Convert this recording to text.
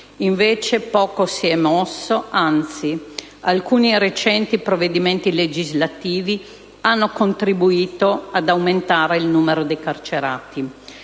Invece poco si è mosso, anzi alcuni recenti provvedimenti legislativi hanno contribuito ad aumentare il numero dei carcerati.